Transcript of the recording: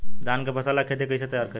धान के फ़सल ला खेती कइसे तैयार करी?